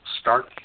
start